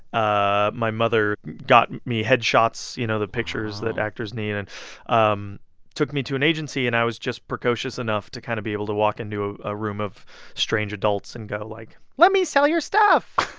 ah my mother got me headshots you know, the pictures that actors need and um took me to an agency. and i was just precocious enough to kind of be able to walk into a ah room of strange adults and go like, let me sell your stuff